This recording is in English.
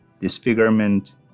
disfigurement